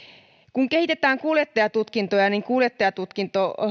kun kehitetään kuljettajatutkintoja niin kuljettajatutkinnon